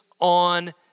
on